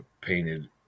painted